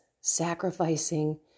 sacrificing